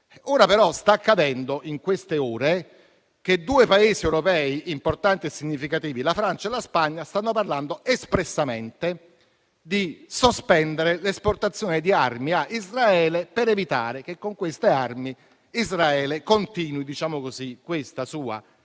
ore, però, sta accadendo che due Paesi europei importanti e significativi, la Francia e la Spagna, stanno parlando espressamente di sospendere l'esportazione di armi a Israele per evitare che con queste armi Israele continui la sua offensiva e